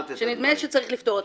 שצריך לפתור אותה,